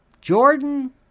Jordan